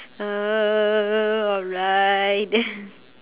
uh alright